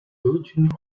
deutschen